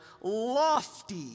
lofty